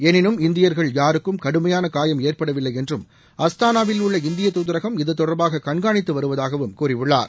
எனினும் இந்தியர்கள் யாருக்கும் கடுமையான காயம் ஏற்படவில்லை என்றும் அஸ்தானாவில் உள்ள இந்திய தூதரகம் இது தொடர்பாக கண்காணித்து வருவதாகவும் கூறியுள்ளார்